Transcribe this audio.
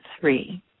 three